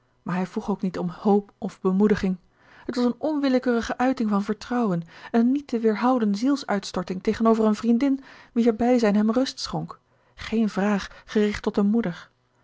maar hij vroeg ook niet om hoop of bemoediging het was eene onwillekeurige uiting van vertrouwen een niet te weerhouden zielsuitstorting tegenover eene vriendin wier bijzijn hem rust schonk geen vraag gericht tot eene moeder